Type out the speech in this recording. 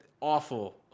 awful